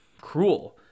cruel